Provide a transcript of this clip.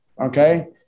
Okay